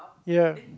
ya